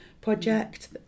project